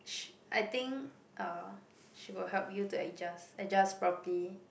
sh~ I think uh she will help you to adjust adjust properly